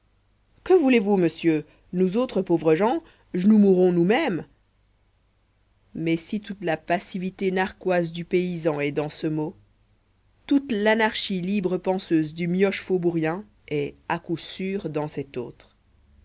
que voulez-vous monsieur nous autres pauvres gens j'nous mourons nous-mêmes mais si toute la passivité narquoise du paysan est dans ce mot toute l'anarchie libre penseuse du mioche faubourien est à coup sûr dans cet autre